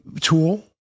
tool